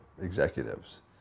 executives